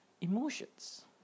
emotions